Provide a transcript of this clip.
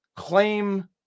claim